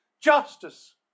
Justice